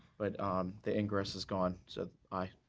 but um the ingress is gone, so aye.